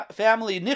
family